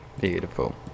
beautiful